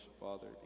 Father